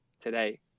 today